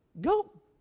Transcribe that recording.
go